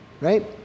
Right